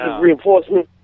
Reinforcement